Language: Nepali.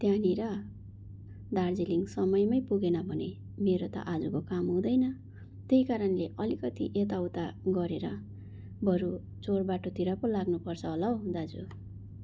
त्यहाँनिर दार्जिलिङ समयमै पुगेन भने मेरो त आजुको काम हुँदैन त्यही कारणले अलिकति यताउता गरेर बरु चोरबाटोतिर पो लाग्नु पर्छ होला हौ दाजु